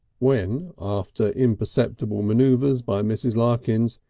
when, after imperceptible manoeuvres by mrs. larkins,